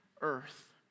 earth